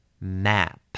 map